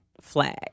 flag